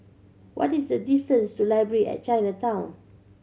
what is the distance to Library at Chinatown